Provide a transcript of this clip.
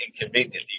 inconveniently